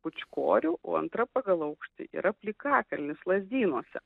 pūčkorių o antra pagal aukštį ir aplikatorius lazdynuose